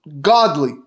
godly